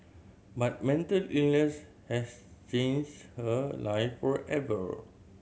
but mental illness has changed her life forever